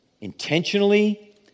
intentionally